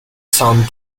sound